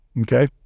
Okay